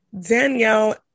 Danielle